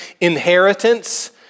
inheritance